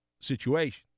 situation